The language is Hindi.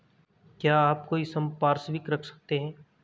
क्या आप कोई संपार्श्विक रख सकते हैं?